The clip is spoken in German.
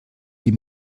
die